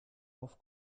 auf